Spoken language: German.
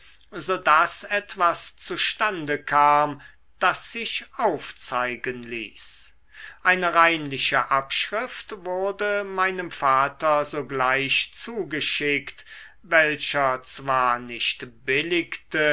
so daß etwas zustande kam das sich aufzeigen ließ eine reinliche abschrift wurde meinem vater sogleich zugeschickt welcher zwar nicht billigte